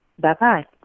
Bye-bye